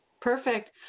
Perfect